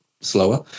slower